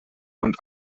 und